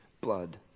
blood